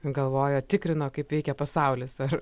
galvojo tikrino kaip veikia pasaulis ar